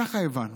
ככה הבנו.